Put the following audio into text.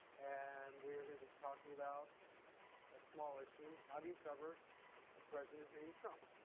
and we're going to be talking about a small issue how do you cover a president named trump.